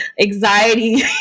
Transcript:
anxiety